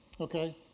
okay